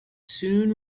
soon